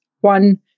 one